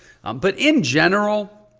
but in general,